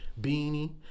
Beanie